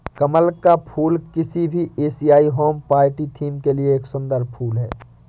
कमल का फूल किसी भी एशियाई होम पार्टी थीम के लिए एक सुंदर फुल है